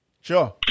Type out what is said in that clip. Sure